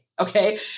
okay